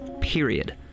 period